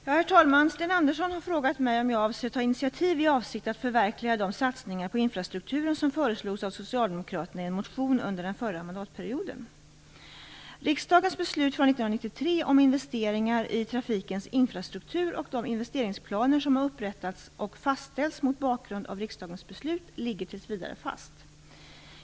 Herr talman! Sten Andersson har frågat mig om jag avser ta initiativ i avsikt att förverkliga de satsningar på infrastrukturen som föreslogs av socialdemokraterna i en motion under den förra mandatperioden. Riksdagens beslut från 1993 om investeringar i trafikens infrastruktur och de investeringsplaner som har upprättats och fastställts mot bakgrund av riksdagens beslut ligger tills vidare fast.